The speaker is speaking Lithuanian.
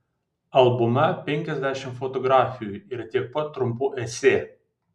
albume penkiasdešimt fotografijų ir tiek pat trumpų esė